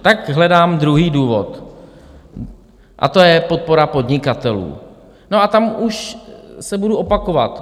Tak hledám druhý důvod, a to je podpora podnikatelů, a tam už se budu opakovat.